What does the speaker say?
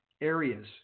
areas